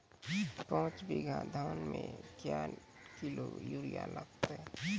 पाँच बीघा धान मे क्या किलो यूरिया लागते?